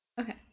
okay